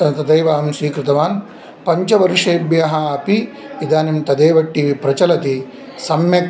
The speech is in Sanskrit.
तत् ततैव अहं स्वीकृतवान् पञ्चवर्षेभ्यः अपि इदानीं तदेव टिवि प्रचलति सम्यक्